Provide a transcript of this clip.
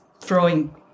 throwing